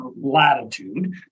latitude